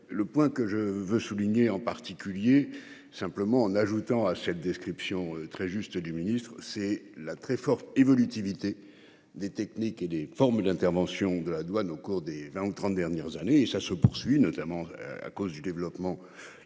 le point que je veux souligner en particulier simplement en ajoutant à cette description très juste du ministre, c'est la très forte évolutivité des techniques et des formes d'intervention de la douane au cours des 20 ou 30 dernières années et ça se poursuit notamment. À cause du développement du